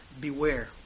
beware